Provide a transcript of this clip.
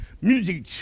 music